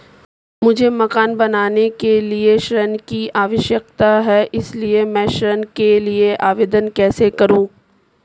मुझे मकान बनाने के लिए ऋण की आवश्यकता है इसलिए मैं ऋण के लिए आवेदन कैसे करूं?